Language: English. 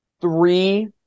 three